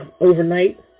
overnight